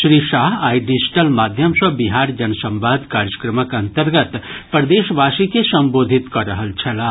श्री शाह आइ डिजिटल माध्यम सँ बिहार जन संवाद कार्यक्रमक अंतर्गत प्रदेशवासी के संबोधित कऽ रहल छलाह